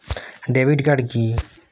Debit card কি?